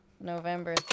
november